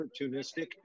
opportunistic